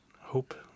hope